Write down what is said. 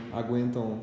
aguentam